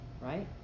right